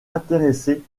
intéressés